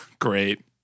Great